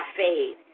faith